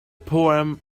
poem